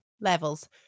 levels